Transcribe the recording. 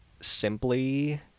simply